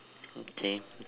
okay